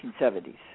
1970s